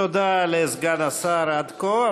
תודה לסגן השר עד כה.